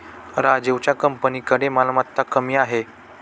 राजीवच्या कंपनीकडे मालमत्ता कमी आहे